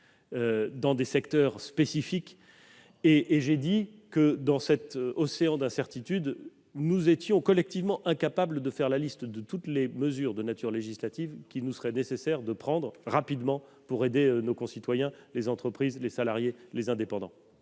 dans des secteurs spécifiques. J'ai d'ailleurs précisé que, dans cet océan d'incertitudes, nous étions collectivement incapables de dresser la liste de toutes les mesures de nature législative qu'il nous sera nécessaire de prendre rapidement pour aider les entreprises, les salariés, les indépendants.